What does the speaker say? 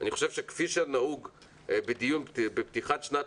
אני חושב שכפי שנהוג בדיון בפתיחת שנת